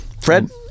Fred